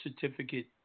certificate